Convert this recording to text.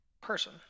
person